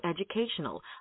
educational